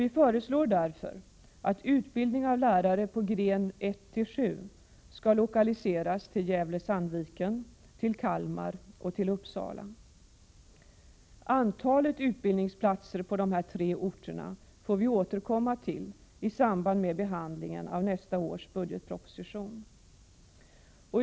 Vi föreslår därför att utbildning av lärare för gren 1-7 skall lokaliseras till Gävle-Sandviken, Kalmar och Uppsala. Antalet utbildningsplatser på de här tre orterna får vi återkomma till i samband med behandlingen av nästa års budgetproposition.